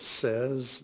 says